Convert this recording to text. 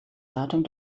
datum